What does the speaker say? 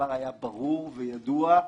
הדבר היה ברור וידוע,